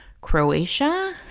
Croatia